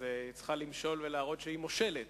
היא צריכה למשול ולהראות שהיא מושלת,